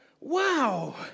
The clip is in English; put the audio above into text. Wow